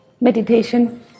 meditation